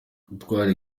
gutwara